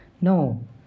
No